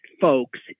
folks